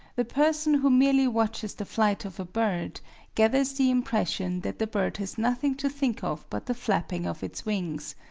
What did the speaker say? the person who merely watches the flight of a bird gathers the impression that the bird has nothing to think of but the flapping of its wings.